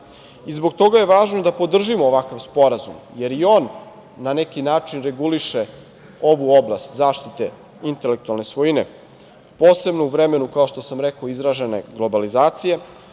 toga je važno da podržimo ovakav Sporazum, jer i on na neki način reguliše ovu oblast zaštite intelektualne svojine posebno u vremenu kao što sam rekao izražene globalizacije,